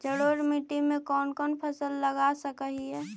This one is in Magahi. जलोढ़ मिट्टी में कौन कौन फसल लगा सक हिय?